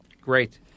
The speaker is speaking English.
Great